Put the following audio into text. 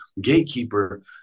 gatekeeper